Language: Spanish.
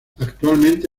actualmente